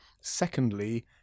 Secondly